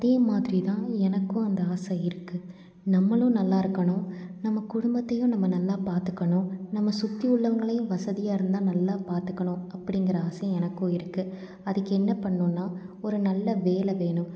அதே மாதிரிதான் எனக்கும் அந்த ஆசை இருக்குது நம்மளும் நல்லா இருக்கணும் நம்ம குடும்பத்தையும் நம்ம நல்லா பார்த்துக்கணும் நம்ம சுற்றி உள்ளவங்களையும் வசதியாக இருந்தால் நல்லா பார்த்துக்கணும் அப்படிங்குற ஆசை எனக்கும் இருக்குது அதுக்கு என்ன பண்ணும்னா ஒரு நல்ல வேலை வேணும்